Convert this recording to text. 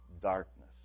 darkness